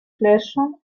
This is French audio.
flèches